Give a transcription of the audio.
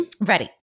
Ready